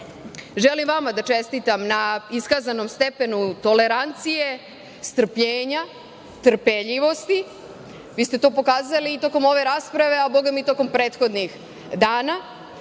želim da vam čestitam na iskazanom stepenu tolerancije, strpljenja, trpeljivosti. Vi ste to pokazali i tokom ove rasprave, a i tokom prethodnih dana.